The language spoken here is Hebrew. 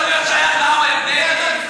אתה יכול להשוות לעם היהודי?